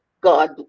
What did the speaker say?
God